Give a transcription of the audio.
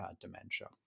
dementia